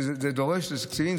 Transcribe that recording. זה דורש תקציבים.